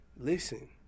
Listen